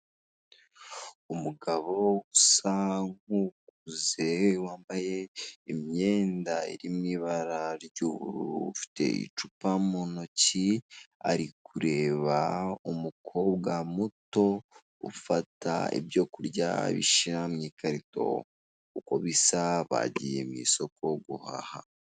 Umugabo usa n;ukuze wambaye imyenda irimo ibara ry'ubururu ufite icupa mu ntoki, ari kureba umukobwa muto ufata ibyo kurya abishyira mu ikaroto. Uko bisa bagiye mu isoko guhaha.